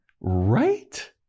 Right